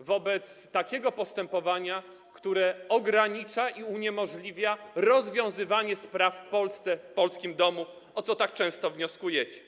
wobec takiego postępowania, które ogranicza i uniemożliwia rozwiązywanie spraw w Polsce, w polskim domu, o co tak często wnioskujecie.